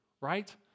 right